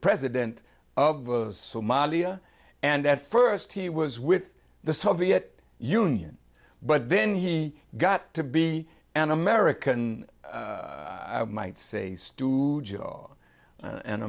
president of somalia and at first he was with the soviet union but then he got to be an american might say studio and